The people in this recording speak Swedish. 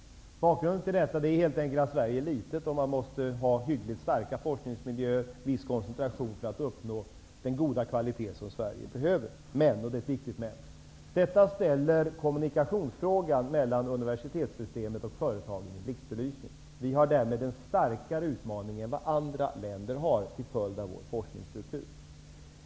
Bakgrunden till detta är helt enkelt att Sverige är litet. Man vill ha hyggligt starka forskningsmiljöer. Man måste då ha en viss koncentration för att uppnå den goda kvalitet som Sverige behöver. Det ställer -- och detta är viktigt -- frågan om kommunikationer mellan universitetssystemet och företagen i blixtbelysning. Vi har till följd av vår forskningsstruktur en större utmaning än vad andra länder har.